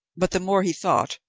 but the more he thought,